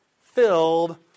filled